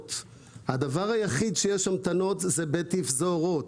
הדבר היחיד שיש בו המתנות זה בתפזורות,